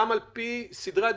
גם על פי סדרי הדיון,